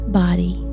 body